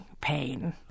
pain